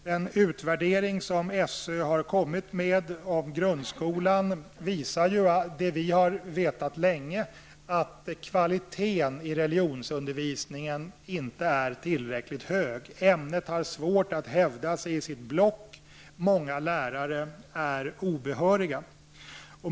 Den utvärdering av grundskolan som SÖ har kommit med visar det vi har vetat länge, nämligen att kvaliteten i religionsundervisningen inte är tillräckligt hög. Ämnet har svårt att hävda sig i sitt block, och många lärare är obehöriga.